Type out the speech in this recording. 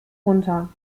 runter